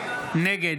נגד